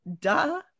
duh